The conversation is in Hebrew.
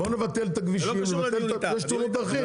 רגע בואו נבטל את הכבישים כי יש תאונות דרכים,